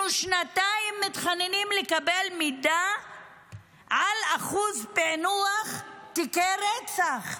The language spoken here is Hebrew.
שנתיים אנחנו מתחננים לקבל מידע על אחוז פיענוח תיקי רצח.